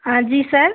हाँ जी सर